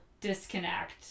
disconnect